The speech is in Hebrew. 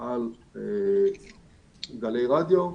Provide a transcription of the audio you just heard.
על גלי רדיו,